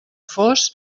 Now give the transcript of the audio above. fos